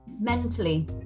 mentally